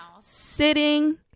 sitting